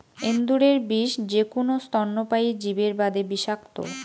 এন্দুরের বিষ যেকুনো স্তন্যপায়ী জীবের বাদে বিষাক্ত,